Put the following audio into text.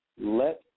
Let